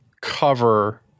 cover